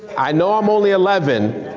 i know i'm only eleven.